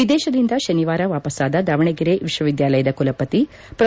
ವಿದೇಶದಿಂದ ಶನಿವಾರ ವಾಪಸ್ಸಾದ ದಾವಣಗೆರೆ ವಿಶ್ವವಿದ್ಯಾಲಯದ ಕುಲಪತಿ ಪ್ರೊ